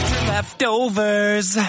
Leftovers